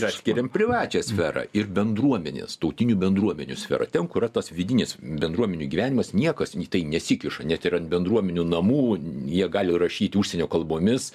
ir atskiriam privačią sferą ir bendruomenės tautinių bendruomenių sferą ten kura tas vidinis bendruomenių gyvenimas niekas į tai nesikiša net ir ant bendruomenių namų jie gali rašyti užsienio kalbomis